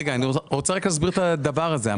רגע, אני רוצה רק להסביר את הדבר הזה.